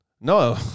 no